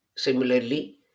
Similarly